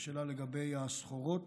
לשאלה לגבי הסחורות,